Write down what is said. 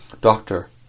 Doctor